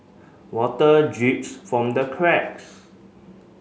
water drips from the cracks